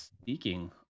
Speaking